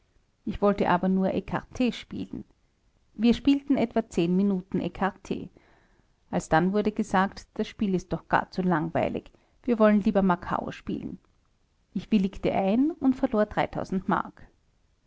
ich wollte aber nur ekart spielen wir spielten ten etwa zehn minuten ekart allsdann wurde gesagt das spiel ist doch gar zu langweilig wir wollen lieber makao spielen ich willigte ein und verlor mark